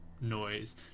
noise